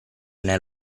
nel